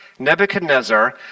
Nebuchadnezzar